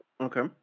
Okay